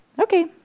Okay